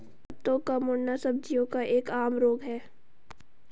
पत्तों का मुड़ना सब्जियों का एक आम रोग है